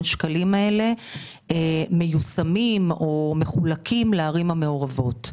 השקלים האלה ייושמו ויחולקו לערים המעורבות.